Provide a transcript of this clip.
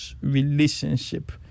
relationship